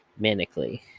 manically